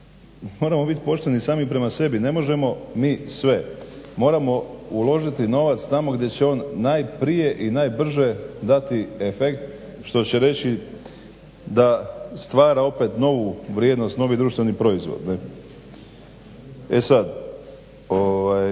moramo bit pošteni sami prema sebi, ne možemo mi sve, moramo uložiti novac tamo gdje će on najprije i najbrže dati efekt što će reći da stvara opet novu vrijednost, novi društveni proizvod. E sad,